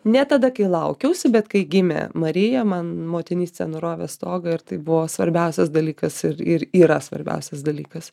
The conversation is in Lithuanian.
ne tada kai laukiausi bet kai gimė marija man motinystė nurovė stogą ir tai buvo svarbiausias dalykas ir ir yra svarbiausias dalykas